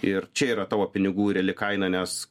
ir čia yra tavo pinigų reali kaina nes